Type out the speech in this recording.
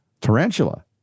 tarantula